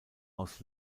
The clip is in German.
aus